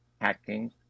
hacking